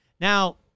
Now